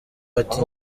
ati